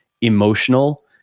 emotional